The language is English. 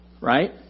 right